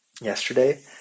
Yesterday